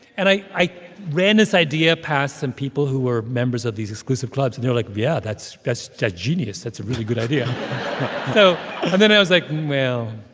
and i i ran this idea past some people who were members of these exclusive clubs, and they're like, yeah, that's that's genius. that's a really good idea so and then i was like, well.